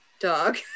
dog